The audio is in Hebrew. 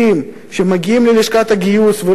שמגיעים ללשכת הגיוס ולא מגייסים,